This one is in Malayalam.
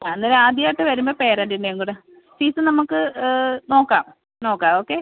അന്നേരം ആദ്യമായിട്ട് വരുമ്പം പേരൻറ്റിനെം കൂടെ ഫീസ് നമുക്ക് നോക്കാം നോക്കാം ഓക്കെ